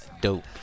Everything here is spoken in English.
dope